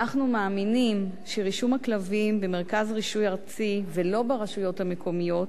אנחנו מאמינים שרישום הכלבים במרכז רישוי ארצי ולא ברשויות המקומיות,